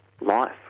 life